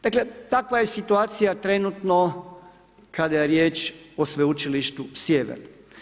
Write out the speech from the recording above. Dakle, takva je situacija trenutno kada je riječ o Sveučilište Sjever.